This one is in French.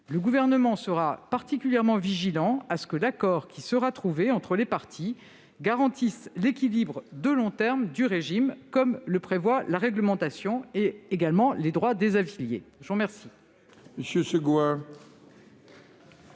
Le Gouvernement sera particulièrement vigilant à ce que l'accord qui sera trouvé entre les parties garantisse l'équilibre de long terme du régime, comme le prévoit la réglementation, et également les droits des affiliés.